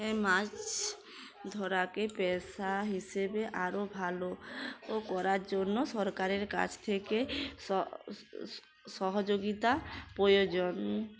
হ্যাঁ মাছ ধরাকে পেশা হিসেবে আরও ভালো ও করার জন্য সরকারের কাছ থেকে স স সহযোগিতা প্রয়োজন